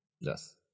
yes